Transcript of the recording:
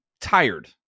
tired